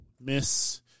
Miss